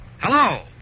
Hello